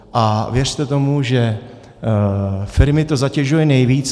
A věřte tomu, že firmy to zatěžuje nejvíc.